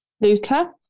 Luca